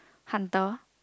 hunter